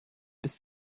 bis